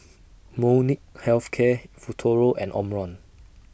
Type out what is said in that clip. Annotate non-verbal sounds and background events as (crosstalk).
(noise) Molnylcke Health Care Futuro and Omron